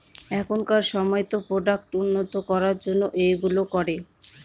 এখনকার সময়তো প্রোডাক্ট উন্নত করার জন্য এইগুলো করে